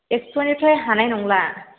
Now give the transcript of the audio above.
एक्स'निफ्राय हानाय नंला